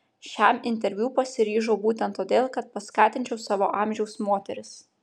šiam interviu pasiryžau būtent todėl kad paskatinčiau savo amžiaus moteris